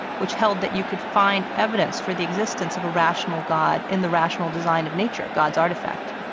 which held that you could find evidence for the existence of a rational god in the rational design of nature, god's artifact.